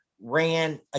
ran